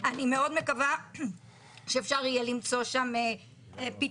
אני מאוד מקווה שאפשר יהיה למצוא שם פתרונות.